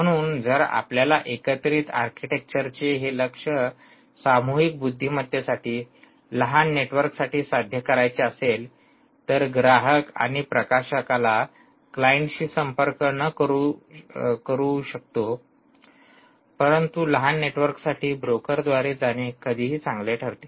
म्हणून जर आपल्याला एकत्रित आर्किटेक्चरचे हे लक्ष्य सामूहिक बुद्धिमतेसाठी लहान नेटवर्कसाठी साध्य करायचे असेल तर ग्राहक आणि प्रकाशकाला क्लायंटशी संपर्क न करता करू शकतो परंतु लहान नेटवर्कसाठी ब्रोकर द्वारे जाणे कधीही चांगले ठरते